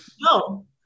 No